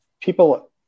people